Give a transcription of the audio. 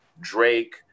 Drake